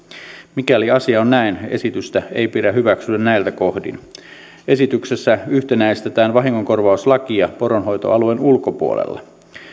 mikäli asia on näin esitystä ei pidä hyväksyä näiltä kohdin esityksessä yhtenäistetään vahingonkorvauslakia poronhoitoalueen ulkopuolella